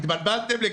התייעצות סיעתית.